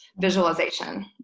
visualization